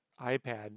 iPad